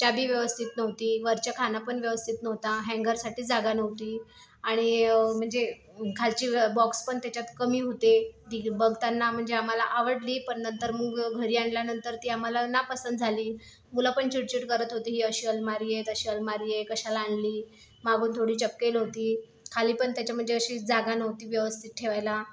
चाबी व्यवस्थित नव्हती वरच्या खण पण व्यवस्थित नव्हत्या हँगरसाठी जागा नव्हती आणि म्हणजे खालचे बॉक्स पण त्याच्यात कमी होते ती बघताना म्हणजे आम्हाला आवडली पण नंतर मग घरी आणल्यावर ती आम्हाला नापसंत झाली मुलं पण चिडचिड करत होते ही अशी अलमारी आहे तशी अलमारी आहे कशाला आणली मागून थोडी चपकेल होती खाली पण त्याच्या म्हणजे अशी जागा नव्हती व्यवस्थित ठेवायला